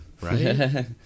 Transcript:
right